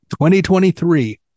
2023